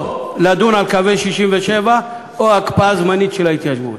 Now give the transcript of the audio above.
או לדון על קווי 67' או הקפאה זמנית של ההתיישבות.